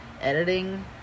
editing